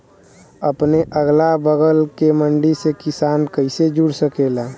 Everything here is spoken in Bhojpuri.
अपने अगला बगल के मंडी से किसान कइसे जुड़ सकेला?